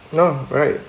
ya right